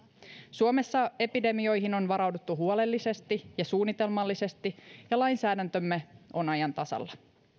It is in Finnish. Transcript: suomessa epidemioihin on varauduttu huolellisesti ja suunnitelmallisesti ja lainsäädäntömme on ajan tasalla